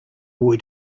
boy